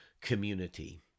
community